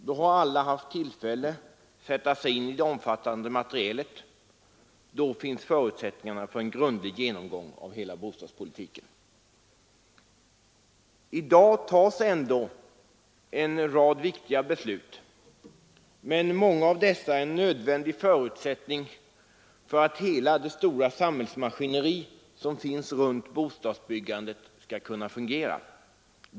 Då har alla haft tillfälle att sätta sig in i det omfattande materialet, och då finns förutsättningarna för en grundlig genomgång av hela bostadspolitiken. I dag tas ändå en rad viktiga beslut. Men många av dessa är en nödvändig förutsättning för att hela det stora samhällsmaskineri som finns runt bostadsbyggandet skall kunna fungera.